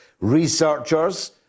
researchers